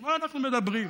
על מה אנחנו מדברים?